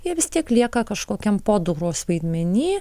jie vis tiek lieka kažkokiam podukros vaidmeny